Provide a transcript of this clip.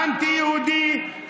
האנטי-יהודי,